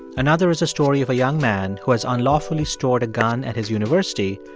another is a story of a young man who has unlawfully stored a gun at his university,